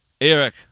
Eric